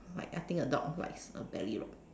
like I think a dog likes a belly rub